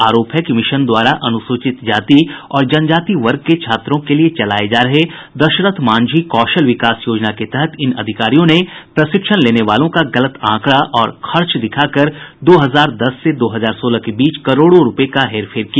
आरोप है कि मिशन द्वारा अनुसूचित जाति और जनजाति वर्ग के छात्रों के लिये चलाये जा रहे दशरथ मांझी कौशल विकास योजना के तहत इन अधिकारियों ने प्रशिक्षण लेने वालों का गलत आंकड़ा और खर्च दिखाकर दो हजार दस से दो हजार सोलह के बीच करोड़ो रूपये का हेरफेर किया